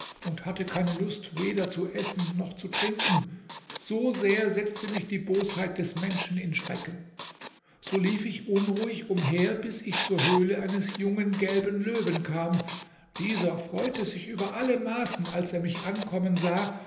und hatte kein lust weder zu essen noch zu trinken so sehr setzte mich die bosheit des menschen in schrecken so lief ich unruhig umher bis ich zur höhle eines jungen gelben löwen kam dieser freute sich über alle maßen als er mich ankommen sah